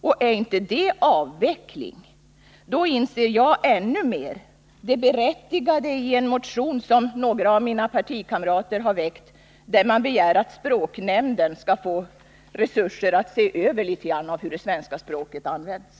Och är inte det avveckling, så inser jag ännu mer det berättigade i en motion som några av mina partikamrater har väckt, där man begär att svenska språknämnden skall få resurser för att se över hur det svenska språket används.